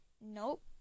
Nope